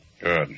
Good